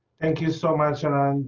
thank you so much